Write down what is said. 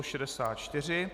64.